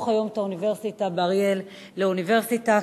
היום את האוניברסיטה באריאל לאוניברסיטה,